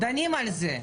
דנים על זה.